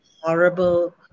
horrible